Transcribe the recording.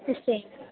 सुश्चै